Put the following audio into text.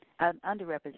underrepresented